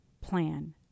plan